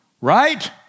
Right